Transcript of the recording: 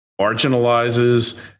marginalizes